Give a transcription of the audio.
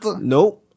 Nope